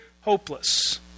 hopeless